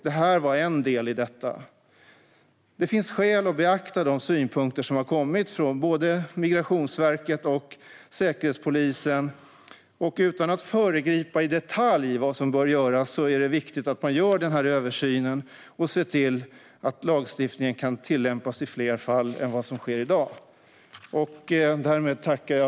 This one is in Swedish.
Det här var en del i detta. Det finns skäl att beakta de synpunkter som har kommit från Migrationsverket och Säkerhetspolisen. Utan att i detalj säga vad som bör göras menar jag att det är viktigt att man gör denna översyn och ser till att lagstiftningen kan tillämpas i fler fall än vad som sker i dag.